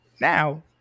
Now